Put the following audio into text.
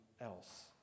else